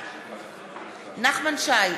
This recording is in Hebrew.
בעד נחמן שי,